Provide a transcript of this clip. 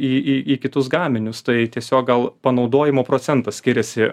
į į į kitus gaminius tai tiesiog gal panaudojimo procentas skiriasi